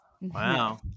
wow